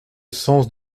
sens